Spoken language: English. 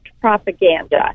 propaganda